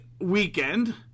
weekend